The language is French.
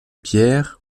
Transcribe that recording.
pierre